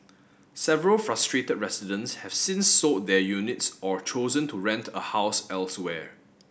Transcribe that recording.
several frustrated residents have since sold their units or chosen to rent a house elsewhere